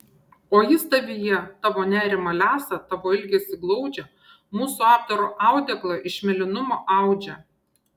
o jis tavyje tavo nerimą lesa tavo ilgesį glaudžia mūsų apdaro audeklą iš mėlynumo audžia